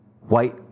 white